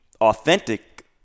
authentic